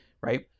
right